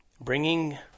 bringing